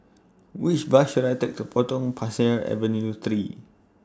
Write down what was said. Which Bus should I Take to Potong Pasir Avenue three